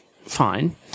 fine